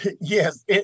Yes